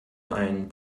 ein